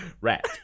Rat